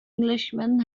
englishman